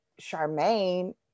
Charmaine